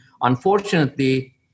unfortunately